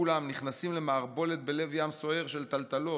כולם נכנסים למערבולת בלב ים סוער של טלטלות,